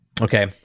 Okay